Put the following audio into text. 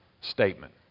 statement